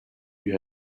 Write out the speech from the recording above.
you